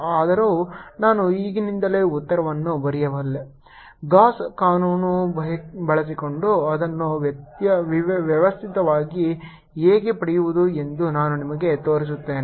ಆದರೂ ನಾನು ಈಗಿನಿಂದಲೇ ಉತ್ತರವನ್ನು ಬರೆಯಬಲ್ಲೆ ಗಾಸ್ ಕಾನೂನನ್ನು ಬಳಸಿಕೊಂಡು ಅದನ್ನು ವ್ಯವಸ್ಥಿತವಾಗಿ ಹೇಗೆ ಪಡೆಯುವುದು ಎಂದು ನಾನು ನಿಮಗೆ ತೋರಿಸುತ್ತೇನೆ